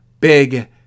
big